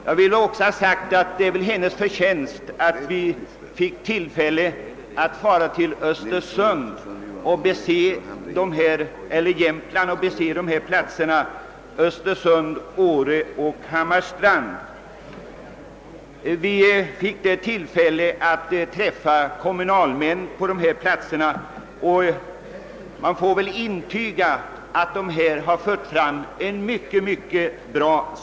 Jag vill också framhålla att det är hennes förtjänst att vi har fått tillfälle att fara till Jämtland och få se de platser som kan komma i fråga för dessa vinterspel, nämligen Östersund, Åre och Hammarstrand. Vi träffade många kommunalmän på dessa platser, och det kan väl intygas att de fört fram en mycket god idé.